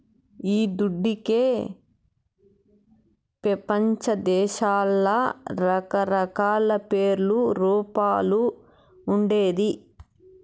ఈ దుడ్డుకే పెపంచదేశాల్ల రకరకాల పేర్లు, రూపాలు ఉండేది